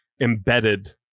embedded